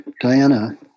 Diana